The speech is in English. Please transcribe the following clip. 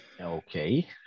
Okay